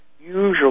usually